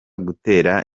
gutera